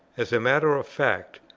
as a matter of fact,